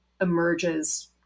emerges